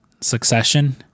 Succession